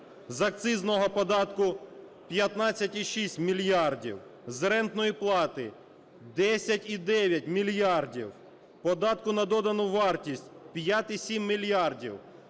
з акцизного податку – 15,6 мільярда, з рентної плати – 10,9 мільярда, податку на додану вартість – 5,7 мільярда.